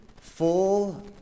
full